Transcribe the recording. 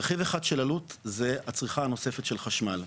רכיב אחד של עלות זה הצריכה הנוספת של חשמל.